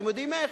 אתם יודעים איך?